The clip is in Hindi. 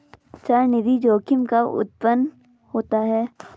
चलनिधि जोखिम कब उत्पन्न होता है?